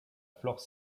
flore